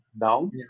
down